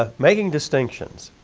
ah making distinctions,